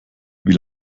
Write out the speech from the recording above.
wie